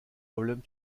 problèmes